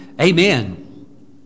Amen